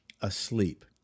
asleep